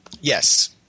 Yes